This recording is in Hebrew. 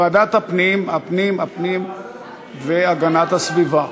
ועדת הפנים והגנת הסביבה.